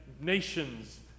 nations